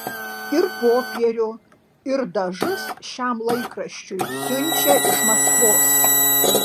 ir popierių ir dažus šiam laikraščiui siunčia iš maskvos